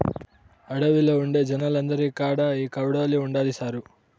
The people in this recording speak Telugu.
అడవిలో ఉండే జనాలందరి కాడా ఈ కొడవలి ఉండాది సారూ